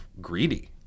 greedy